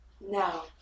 No